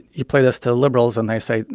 you play this to liberals and they say,